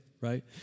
right